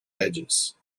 edges